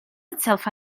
itself